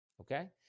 okay